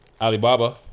Alibaba